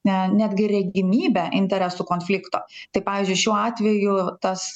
ne netgi regimybę interesų konflikto tai pavyzdžiui šiuo atveju tas